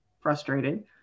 frustrated